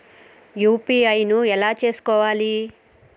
UPI ను ఎలా చేస్కోవాలి?